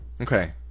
okay